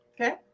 Okay